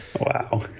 Wow